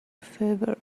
favor